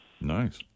Nice